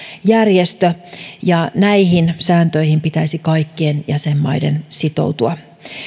järjestö ja näihin sääntöihin pitäisi kaikkien jäsenmaiden sitoutua